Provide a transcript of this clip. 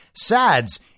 SADS